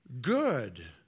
good